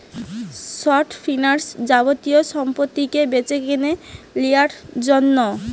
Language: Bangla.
শর্ট ফিন্যান্স যাবতীয় সম্পত্তিকে বেচেকিনে লিয়ার জন্যে